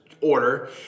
order